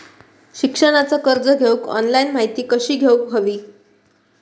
शिक्षणाचा कर्ज घेऊक ऑनलाइन माहिती कशी घेऊक हवी?